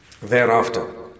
Thereafter